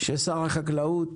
ששר החקלאות